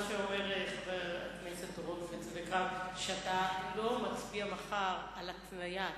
מה שאומר חבר הכנסת אורון הוא שאתה לא מצביע מחר על התניה,